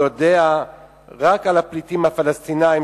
ויודע רק על הפליטים הפלסטינים,